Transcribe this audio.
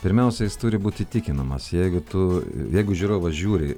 pirmiausia jis turi būt įtikinamas jeigu tu jeigu žiūrovas žiūri